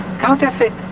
Counterfeit